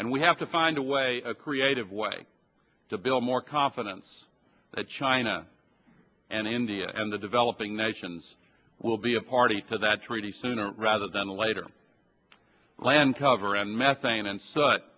and we have to find a way a creative way to build more confidence that china and india and the developing nations will be a party to that treaty sooner rather than later land cover and methane and s